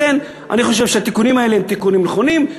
לכן אני חושב שהתיקונים האלה הם תיקונים נכונים,